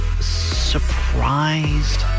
surprised